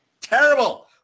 terrible